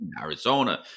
Arizona